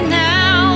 now